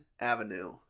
Avenue